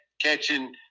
catching